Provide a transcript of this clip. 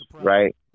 right